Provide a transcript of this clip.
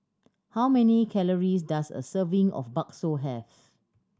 how many calories does a serving of Bakso have